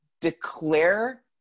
declare